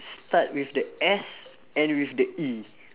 start with the S end with the E